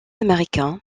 américain